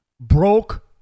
Broke